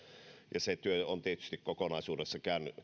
pohdiskelu se työ on tietysti kokonaisuudessaan